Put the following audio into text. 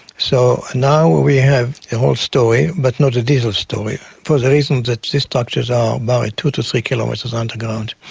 so now we have a whole story but not a digital story, for the reason that these structures are buried two to three kilometres underground,